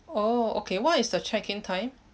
oh okay what is the check-in time